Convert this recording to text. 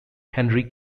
henry